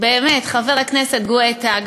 חבר הכנסת גואטה,